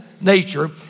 nature